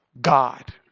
God